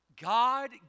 God